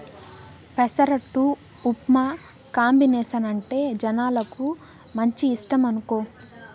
పెసరట్టు ఉప్మా కాంబినేసనంటే జనాలకు మంచి ఇష్టమనుకో